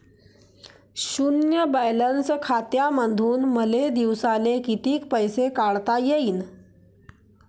शुन्य बॅलन्स खात्यामंधून मले दिवसाले कितीक पैसे काढता येईन?